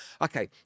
okay